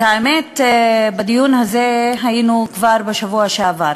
האמת, בדיון הזה היינו כבר בשבוע שעבר,